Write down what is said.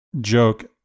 joke